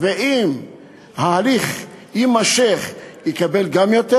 ואם ההליך יימשך הוא יקבל גם יותר.